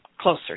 closer